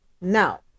now